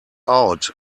out